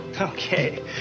Okay